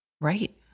Right